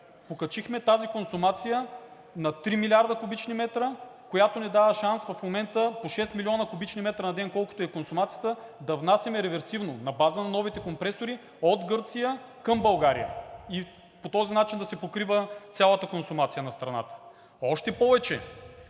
Покачихме тази консумация на 3 млрд. куб. м, която ни дава шанс в момента по 6 млн. куб. м на ден, колкото е консумацията, да внасяме реверсивно на база на новите компресори от Гърция към България и по този начин да се покрива цялата консумация на страната. Още повече